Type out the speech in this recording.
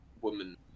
woman